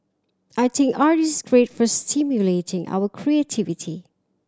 I think art is great for stimulating our creativity